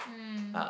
mm